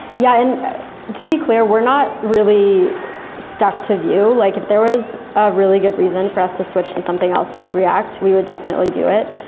yeah. and to be clear, we're not really stuck to vue. like if there was a really good reason for us to switch to something else like react, we would definitely do it.